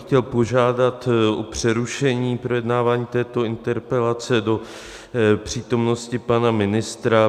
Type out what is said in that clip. Chtěl bych požádat o přerušení projednávání této interpelace do přítomnosti pana ministra.